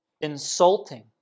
insulting